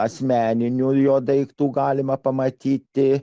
asmeninių jo daiktų galima pamatyti